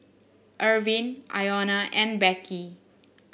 Irvine Iona and Becky